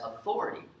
authority